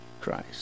Christ